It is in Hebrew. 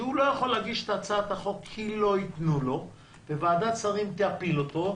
שהם לא יכולים להגיש את הצעת החוק כי לא יתנו להם וועדת שרים תפיל אותם.